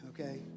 okay